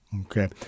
Okay